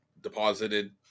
deposited